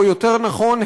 או יותר נכון,